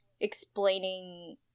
explaining